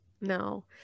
No